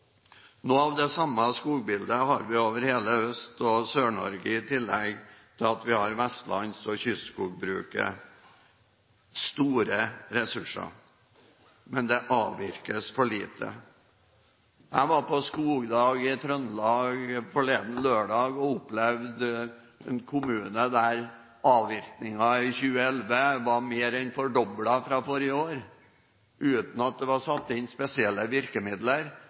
Noe av det samme skogbildet har vi over hele Øst- og Sør-Norge, i tillegg til at vi har vestlands- og kystskogbruket. Vi har store ressurser, men det avvirkes for lite. Jeg var på skogdag i Trøndelag forleden lørdag og opplevde en kommune der avvirkningen i 2011 var mer enn fordoblet fra forrige år, uten at det var satt inn spesielle virkemidler,